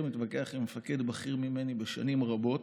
מתווכח עם מפקד בכיר ממני בשנים רבות.